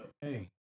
Hey